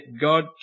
God